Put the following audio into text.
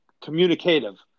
communicative